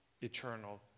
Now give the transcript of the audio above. eternal